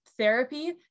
therapy